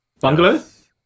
bungalows